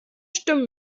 stimmen